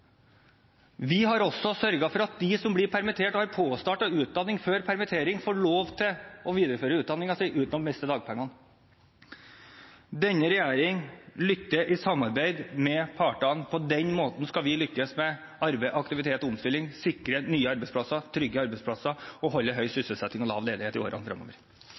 Vi har også sørget for at de som blir permittert og har startet på utdanning før permittering, får lov til å videreføre utdanningen sin uten å miste dagpengene. Denne regjeringen lytter til partene. På den måten skal vi lykkes med arbeid, aktivitet og omstilling, sikre nye arbeidsplasser, trygge arbeidsplasser og holde høy sysselsetting og lav ledighet i årene fremover.